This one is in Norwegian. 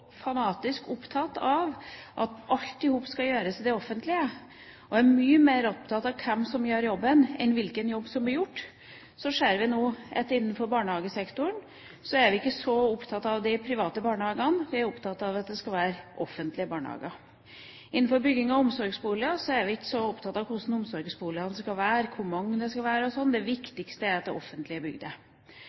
fanatisk opptatt av at alt i hop skal gjøres i det offentlige, og man er mye mer opptatt av hvem som gjør jobben enn hvilken jobb som blir gjort. Vi ser nå at innenfor barnehagesektoren er man ikke så opptatt av de private barnehagene, man er opptatt av at det skal være offentlige barnehager. Innenfor bygging av omsorgsboliger er man ikke så opptatt av hvordan omsorgsboligene skal være, hvor mange det skal være og sånn – det viktigste er at det offentlige